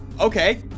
Okay